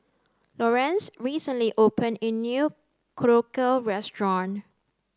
Lorenz recently open a new Korokke restaurant